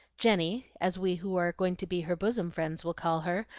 jenny, as we who are going to be her bosom friends will call her,